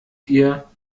ihr